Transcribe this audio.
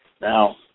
Now